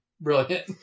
Brilliant